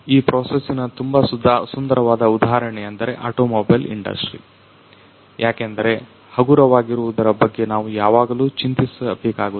ಈ ಪ್ರೊಸೆಸ್ಸಿನ ತುಂಬಾ ಸುಂದರವಾದ ಉಧಾಹರಣೆಯಂದ್ರೆ ಅಟೊಮೊಬೈಲ್ ಇಂಡಸ್ಟ್ರಿ ಯಾಕಂದ್ರೆ ಹಗುರವಾಗಿರುವುದರ ಬಗ್ಗೆ ನಾವು ಯಾವಾಗಲು ಚಿಂತಿಸಬೇಕಾಗುತ್ತದೆ